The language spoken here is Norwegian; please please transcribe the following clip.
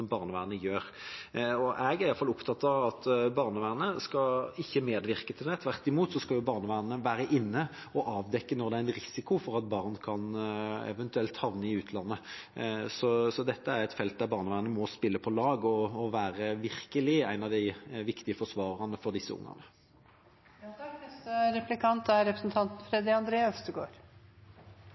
barnevernet gjør. Jeg er i hvert fall opptatt av at barnevernet ikke skal medvirke til det, men tvert imot være inne og avdekke når det er risiko for at barn kan havne i utlandet. Dette er et felt der barnevernet må spille på lag og virkelig være en av de viktige forsvarerne for disse ungene.